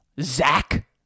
Zach